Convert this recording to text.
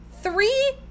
three